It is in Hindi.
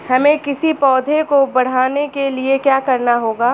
हमें किसी पौधे को बढ़ाने के लिये क्या करना होगा?